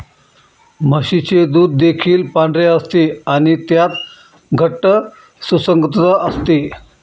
म्हशीचे दूध देखील पांढरे असते आणि त्यात घट्ट सुसंगतता असते